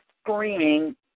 screaming